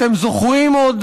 אתם זוכרים עוד,